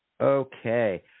Okay